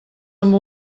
amb